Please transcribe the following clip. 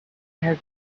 has